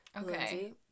Okay